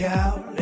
out